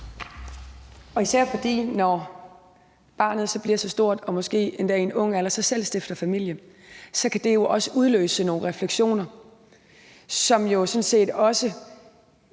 Ja, for når barnet så bliver stort og måske endda i en ung alder selv stifter familie, kan det jo også udløse nogle refleksioner, som sådan set på